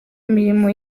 mirimo